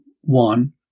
one